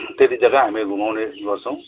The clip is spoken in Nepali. त्यति जगा हामी घुमाउने गर्छौँ